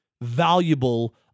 valuable